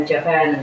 Japan